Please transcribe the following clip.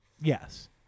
Yes